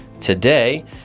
today